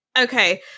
Okay